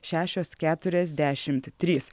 šešios keturiasdešimt trys